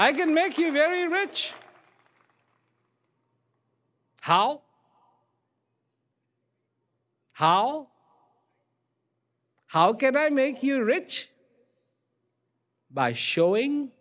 i can make you very rich how how how can i make you rich by showing